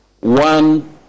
one